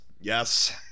Yes